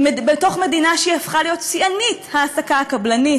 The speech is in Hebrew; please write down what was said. בתוך מדינה שהפכה להיות שיאנית ההעסקה הקבלנית,